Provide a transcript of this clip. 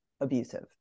abusive